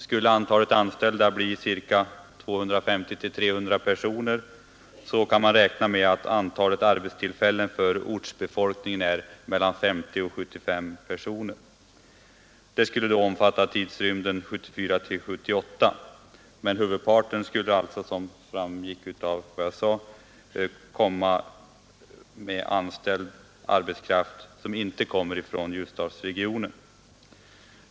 Skulle antalet anställda bli 250—300, så kan man räkna med att antalet arbetstillfällen för ortsbefolkningen är 50—75. Detta skulle då gälla tidsrymden 1974—1978. Huvudparten av den anställda arbetskraften skulle, som framgår av vad jag sade, inte komma från Ljusdalsregionen.